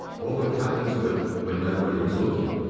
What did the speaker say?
what would happen to it when nobody was looking?